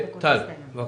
טל בבקשה.